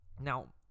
Now